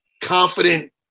confident